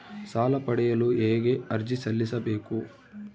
ಸಾಲ ಪಡೆಯಲು ಹೇಗೆ ಅರ್ಜಿ ಸಲ್ಲಿಸಬೇಕು?